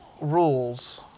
rules